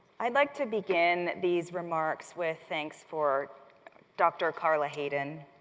i'd like to begin these remarks with thanks for dr. carla hayden,